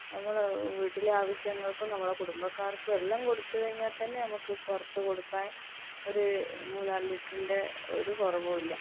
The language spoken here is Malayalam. നമ്മൾ വീട്ടിലെ ആവശ്യങ്ങൾക്കും നമ്മളുടെ കുടുംബക്കാർക്കും എല്ലാം കൊടുത്ത് കഴിഞ്ഞാൽ തന്നെ ഞമ്മക്ക് പുറത്ത് കൊടുക്കാൻ ഒരു മൂന്നാല് ലിറ്ററിൻ്റെ ഒരു കുറവുമില്ല